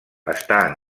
està